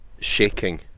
shaking